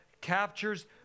captures